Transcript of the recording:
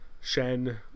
Shen